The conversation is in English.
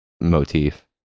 motif